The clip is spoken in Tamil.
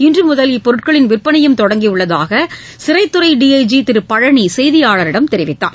இன்று முதல் இப்பொருட்களின் விற்பனையும் தொடங்கி உள்ளதாக சிறைத்துறை டிஐஜி திரு பழனி செய்தியாளரிடம் தெரிவித்தார்